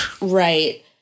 Right